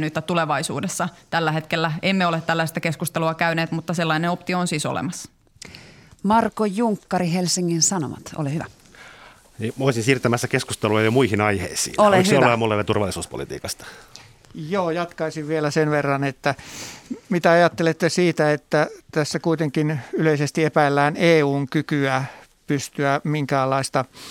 tulevaisuudessa. Tällä hetkellä emme ole tällaista keskustelua käyneet, mutta sellainen optio on siis olemassa. Marko Junkkari, Helsingin Sanomat, ole hyvä. Niin, mä olisin siirtämässä keskustelua jo muihin aiheisiin. Ole Oliko se hyvä. jollain muulla vielä turvallisuuspolitiikasta? Joo, jatkaisin vielä sen verran, että mitä ajattelette siitä, että tässä kuitenkin yleisesti epäillään EU:n kykyä pystyä minkäänlaista